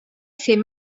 c’est